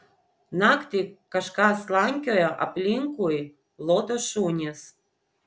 naktį kažkas slankioja aplinkui lodo šunis